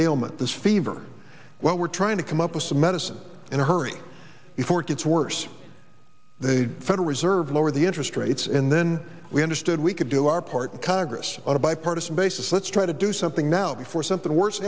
ailment this fever well we're trying to come up with some medicine in a hurry before it gets worse the federal reserve lower the interest rates in then we understood we could do our part in congress on a bipartisan basis let's try to do something now before something worse